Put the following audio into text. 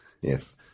yes